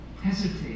hesitate